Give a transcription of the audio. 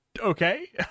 okay